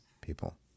people